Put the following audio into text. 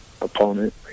opponent